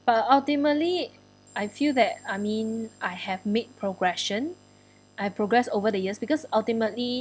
but ultimately I feel that I mean I have made progression I progress over the years because ultimately